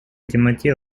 темноте